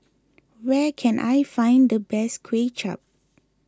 where can I find the best Kway Chap